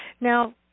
Now